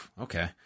okay